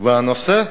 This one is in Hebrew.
והקליטה בנושא: